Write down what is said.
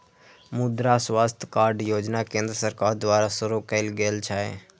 मुद्रा स्वास्थ्य कार्ड योजना केंद्र सरकार द्वारा शुरू कैल गेल छै